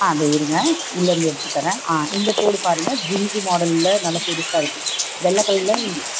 ஆ இதோ இருங்க உள்ளே இருந்து எடுத்து தரேன் ஆ இந்த தோடு பாருங்கள் ஜிமிக்கி மாடலில் நல்ல பெருசாக இருக்குது வெள்ளைக் கல் தான்